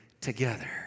together